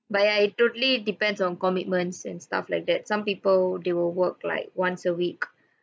but I totally depends on commitments and stuff like that some people they will work like once a week